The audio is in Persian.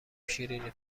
شیرینی